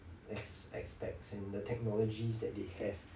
as~ aspects and the technologies that they have